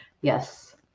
Yes